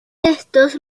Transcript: textos